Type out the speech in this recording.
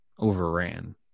overran